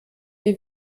die